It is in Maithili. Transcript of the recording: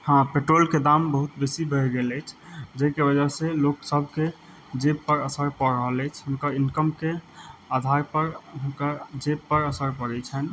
हँ पेट्रोलके दाम बहुत बेसी बढ़ि गेल अछि जाहिके वजह से लोक सभके जेब पर असर पड़ि रहल अछि हुनकर इनकमके आधार पर हुनकर जेब पर असर पड़ै छनि